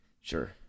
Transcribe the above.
Sure